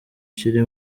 kiri